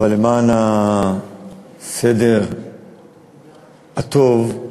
למען הסדר הטוב,